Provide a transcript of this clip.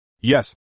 Yes